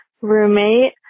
roommate